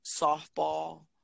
softball